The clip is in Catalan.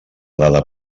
dada